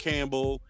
Campbell